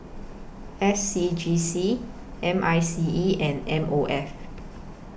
S C G C M I C E and M O F